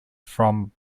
from